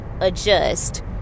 adjust